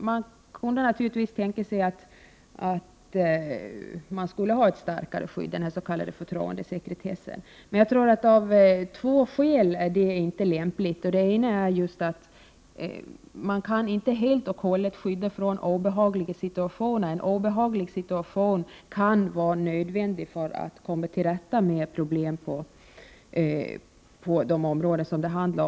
Man kunde naturligtvis tänka sig att vi skulle ha ett starkare skydd för barnen, s.k. förtroendesekretess. Av två skäl är det inte lämpligt. För det första kan man inte helt och hållet skydda barn från obehagliga situationer. En obehaglig situation kan vara nödvändig för att man skall kunna komma till rätta med problemen på områden som det här gäller.